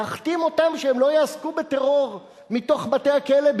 להחתים אותם שהם לא יעסקו בטרור מתוך בתי-הכלא,